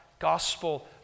gospel